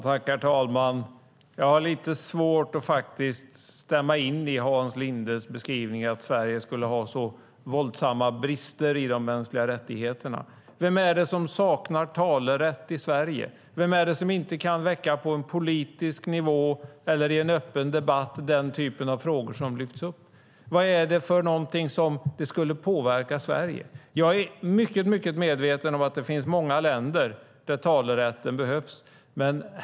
Herr talman! Jag har lite svårt att stämma in i Hans Lindes beskrivning av att Sverige skulle ha sådana våldsamma brister i de mänskliga rättigheterna. Vem är det som saknar talerätt i Sverige? Vem är det som inte på politisk nivå eller i en öppen debatt kan väcka den typ av frågor som har lyfts upp? På vilket sätt skulle det påverka Sverige? Jag är mycket medveten om att det finns många länder där talerätten behövs.